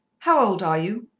how old are you?